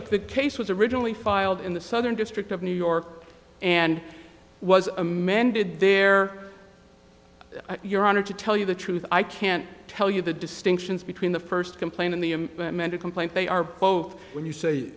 of the case was originally filed in the southern district of new york and was amended there your honor to tell you the truth i can't tell you the distinctions between the first complaint and the mental complaint they are both when you say